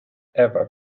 ever